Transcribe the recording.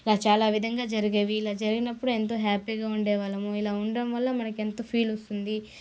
ఇలా చాలా విధంగా జరిగేవి ఇలా జరిగినప్పుడు ఎంతో హ్యాపీగా ఉండే వాళ్ళము ఇలా ఉండడం వల్ల మనకెంతో ఫీల్ వస్తుంది